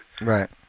Right